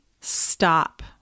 stop